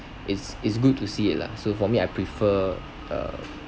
it's it's good to see it lah so for me I prefer uh